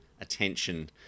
attention